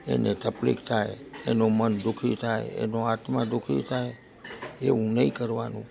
એને તકલીફ થાય એનું મન દુ ખી થાય એનું આત્મા દુ ખી થાય એવું નહીં કરવાનું